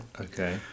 Okay